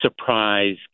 surprise